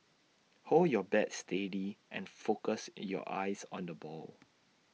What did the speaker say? hold your bat steady and focus your eyes on the ball